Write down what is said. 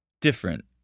different